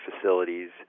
facilities